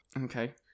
Okay